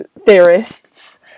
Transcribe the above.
theorists